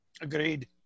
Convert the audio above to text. Agreed